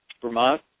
Vermont